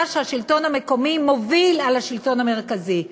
שהשלטון המקומי מוביל על השלטון המרכזי,